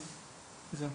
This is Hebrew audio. זהו.